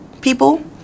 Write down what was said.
people